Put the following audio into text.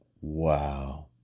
wow